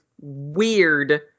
weird